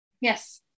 Yes